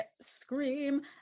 scream